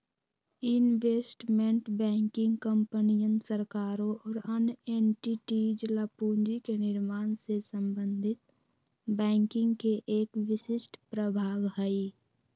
investment banking कंपनियन, सरकारों और अन्य एंटिटीज ला पूंजी के निर्माण से संबंधित बैंकिंग के एक विशिष्ट प्रभाग हई